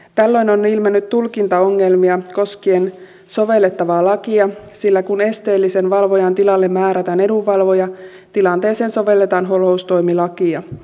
tällöin on ilmennyt tulkintaongelmia koskien sovellettavaa lakia sillä kun esteellisen valvojan tilalle määrätään edunvalvoja tilanteeseen sovelletaan holhoustoimilakia